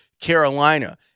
Carolina